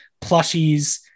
plushies